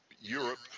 Europe